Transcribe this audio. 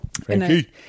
Frankie